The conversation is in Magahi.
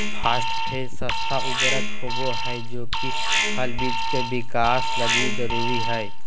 फास्फेट सस्ता उर्वरक होबा हइ जे कि फल बिज के विकास लगी जरूरी हइ